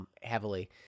heavily